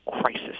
crisis